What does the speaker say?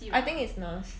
I think it's Nars